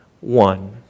one